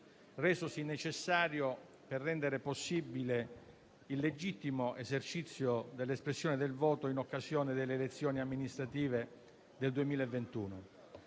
resosi necessario per rendere possibile il legittimo esercizio dell'espressione del voto in occasione delle elezioni amministrative del 2021.